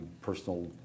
personal